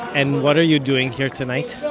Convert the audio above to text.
and what are you doing here tonight?